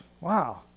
Wow